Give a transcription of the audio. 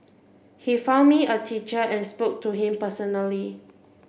he found me a teacher and spoke to him personally